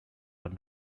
are